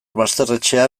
basterretxea